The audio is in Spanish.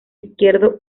izquierdo